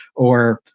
or